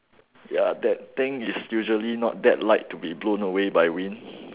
ya that thing is usually not that light to be blown away by wind